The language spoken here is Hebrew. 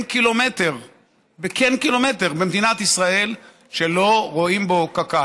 קילומטר במדינת ישראל שלא רואים בו קק"ל.